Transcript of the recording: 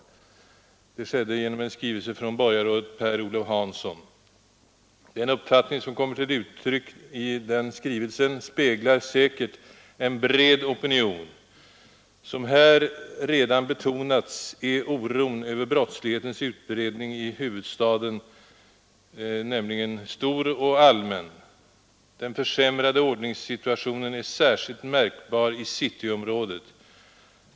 Detta har skett genom en skrivelse undertecknad av borgarrådet Per-Olof Hanson. Den uppfattning som kommer till uttryck i denna skrivelse speglar säkert en bred opinion. Som här redan betonats är oron över brottslighetens utbredning i huvudstaden nämligen stor och allmän. Den försämrade ordningssituationen är särskilt märkbar i cityområdet.